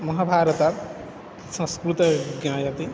महाभारतं संस्कृतं ज्ञायते